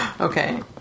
okay